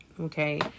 okay